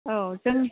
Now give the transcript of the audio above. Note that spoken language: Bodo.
औ जों